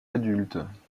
adultes